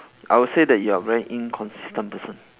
I will say that you are very inconsistent person